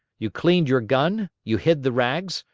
you cleaned your gun, you hid the rags,